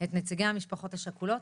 את נציגי המשפחות השכולות